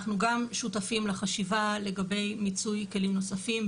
אנחנו גם שותפים לחשיבה לגבי מיצוי כלים נוספים,